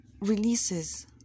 releases